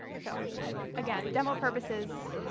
so again, demo purposes,